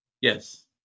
Yes